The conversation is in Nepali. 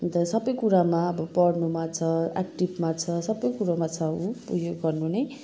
अनि त सबै कुरामा अब पढ्नुमा छ एक्टिभमा छ सबै कुरोमा छ ऊ यो गर्नु नै